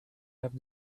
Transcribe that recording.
have